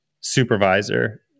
supervisor